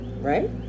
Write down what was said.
right